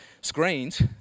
screens